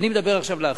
אני מדבר עכשיו לאחרים.